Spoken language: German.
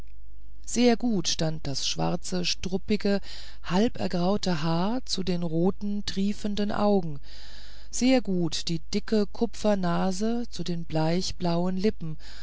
sehr gut stand das schwarze struppige halb ergraute haar zu den roten triefenden augen sehr gut die dicke kupfernase zu den bleich blauen lippen